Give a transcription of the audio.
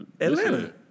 Atlanta